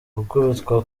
gukubitwa